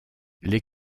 les